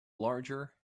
larger